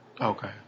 Okay